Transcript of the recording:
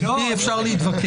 צריך את הכלי של עונש מינימום.